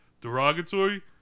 Derogatory